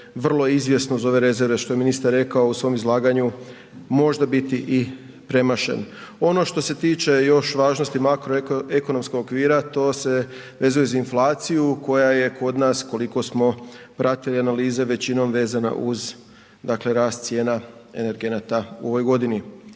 vrlo izvjesno uz ove rezerve što je ministar rekao u svom izlaganju možda biti i premašen. Ono što se tiče još važnosti makroekonomskog okvira to se vezuje uz inflaciju koja je kod nas koliko smo pratili analize većinom vezana uz rast cijena energenata u ovoj godini.